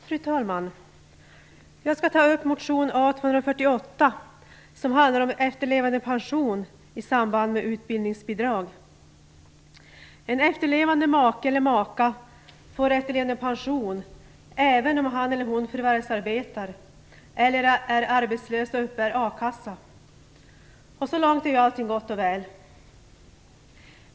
Fru talman! Jag skall beröra motion A248, som handlar om efterlevandepension i samband med utbildningsbidrag. En efterlevande make eller maka får efterlevandepension även om han eller hon förvärvsarbetar eller är arbetslös och uppbär a-kasseersättning. Så långt är allting gott och väl.